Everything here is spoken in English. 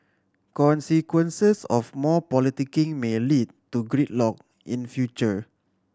consequences of more politicking may lead to gridlock in future